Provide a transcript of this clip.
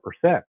percent